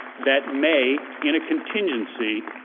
that may, in a contingency,